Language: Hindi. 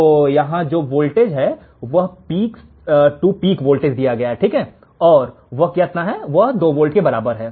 तो यहाँ जो वोल्टेज है वह पीक से पीक वोल्टेज है और 2 वोल्ट के बराबर है